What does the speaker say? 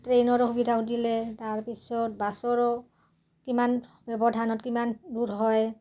ট্ৰেইনৰ সুবিধাও সুধিলে তাৰপিছত বাছৰো কিমান ব্যৱধানত কিমান দূৰ হয়